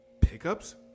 Pickups